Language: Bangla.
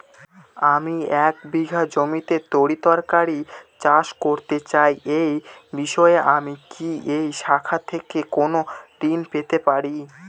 আমি এক বিঘা জমিতে তরিতরকারি চাষ করতে চাই এই বিষয়ে আমি কি এই শাখা থেকে কোন ঋণ পেতে পারি?